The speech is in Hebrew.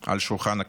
על שולחן הכנסת.